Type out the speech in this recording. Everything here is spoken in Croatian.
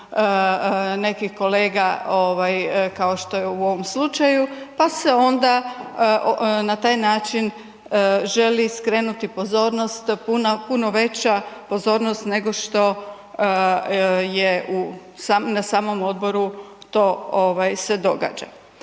nekih kolega kao što je u ovom slučaju pa se onda na taj način želi skrenuti pozornost, puno veća pozornost je na samom odboru se događa.